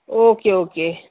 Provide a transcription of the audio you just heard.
okay okay